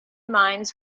mines